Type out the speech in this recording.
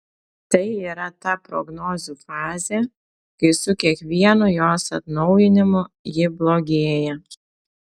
tai yra ta prognozių fazė kai su kiekvienu jos atnaujinimu ji blogėja